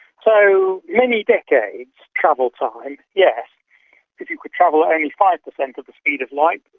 so, many decades travel time, yes. if you could travel at only five percent of the speed of light,